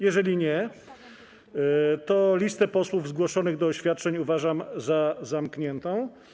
Jeśli nie, to listę posłów zgłoszonych do oświadczeń uważam za zamkniętą.